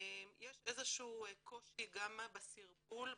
יש איזה שהוא קושי גם בסירבול,